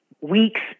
weeks